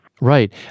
Right